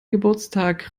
geburtstag